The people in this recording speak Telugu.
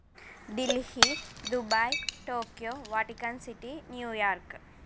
Delhi Dubai Tokyo Vatican City New York